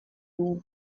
dugu